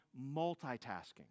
multitasking